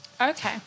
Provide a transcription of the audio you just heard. Okay